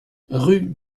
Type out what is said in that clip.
rue